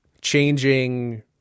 changing